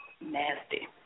Nasty